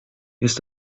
jest